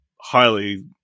highly